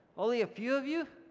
only a few of you?